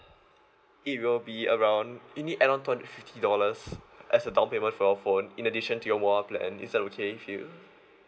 it will be around you need around two hundred fifty dollars as a down payment for your phone in addition to your mobile plan is that okay with you